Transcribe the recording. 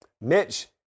Mitch